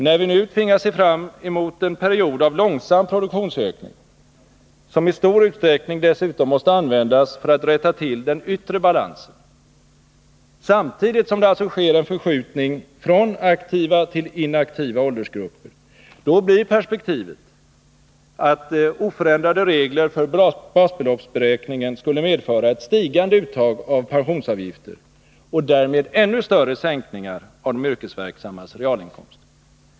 När vi nu tvingas se fram mot en period av långsam produktionsökning, som i stor utsträckning dessutom måste användas för att rätta till den yttre balansen, samtidigt som det alltså sker en förskjutning från aktiva till inaktiva åldersgrupper, blir perspektivet att oförändrade regler för basbeloppsberäkningen skulle medföra ett stigande uttag av pensionsavgifter och därmed ännu större sänkningar av de yrkesverksammas realinkomster.